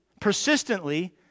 persistently